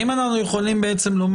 השאלה היא האם אנחנו יכולים לומר: